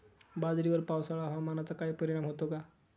बाजरीवर पावसाळा हवामानाचा काही परिणाम होतो का?